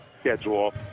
schedule